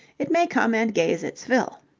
it may come and gaze its fill.